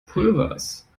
pulvers